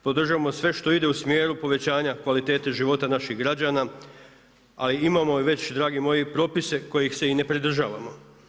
Podržavamo sve što ide u smjeru povećanja kvalitete života naših građana a imamo i već dragi moji i propise kojih se i ne pridržavamo.